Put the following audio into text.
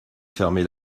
fermé